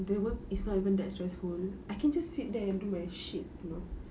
the work is not even that stressful I can just sit there and do my shit know